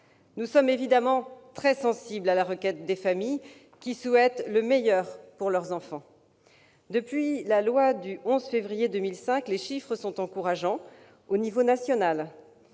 Nous sommes évidemment très sensibles à la requête des familles, qui souhaitent le meilleur pour leurs enfants. Depuis la loi du 11 février 2005, les chiffres sont encourageants au niveau national